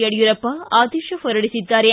ಯಡಿಯೂರಪ್ಪ ಆದೇಶ ಹೊರಡಿಸಿದ್ದಾರೆ